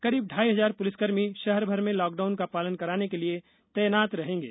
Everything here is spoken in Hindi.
करीब ढाई हजार पुलिसकर्मी शहरभर में लॉकडाउन का पालन कराने के लिए तैनात रहेंगे